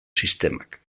sistemak